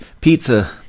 pizza